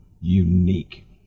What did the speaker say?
unique